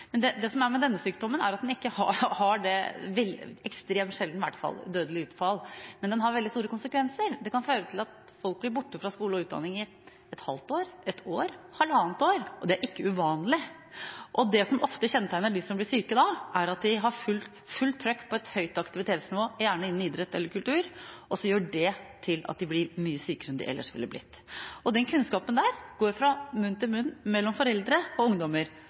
denne sykdommen, er at den ikke har – i hvert fall ekstremt sjelden – dødelig utfall, men den har veldig store konsekvenser. Det kan føre til at folk blir borte fra skole og utdanning i et halvt år, ett år, halvannet år, og det er ikke uvanlig. Det som ofte kjennetegner dem som blir syke, er at de har fullt trykk med et høyt aktivitetsnivå, gjerne innen idrett eller kultur, og så gjør det at de blir mye sykere enn de ellers ville blitt. Den kunnskapen går fra munn til munn mellom foreldre og ungdommer.